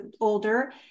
older